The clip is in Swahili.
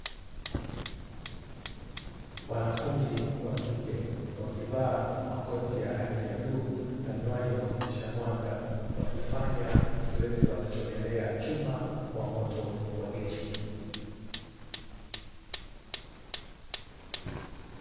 Wanafunzi wa kike wakivaa makoti ya rangi ya bluu na miwani inayopitisha mwanga, wakifanya zoezi la kuchomelea chuma kwa moto wa gesi.